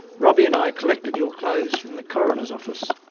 robbie and i collected your clothes from the coroner's office.